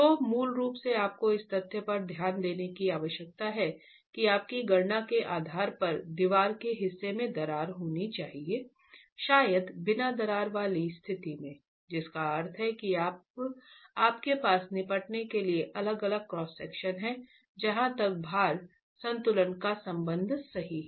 तो मूल रूप से आपको इस तथ्य पर ध्यान देने की आवश्यकता है कि आपकी गणना के आधार पर दीवार के हिस्से में दरार होनी चाहिए शायद बिना दरार वाली स्थिति में जिसका अर्थ है कि अब आपके पास निपटने के लिए अलग अलग क्रॉस सेक्शन हैं जहाँ तक भार संतुलन का संबंध सही है